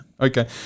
okay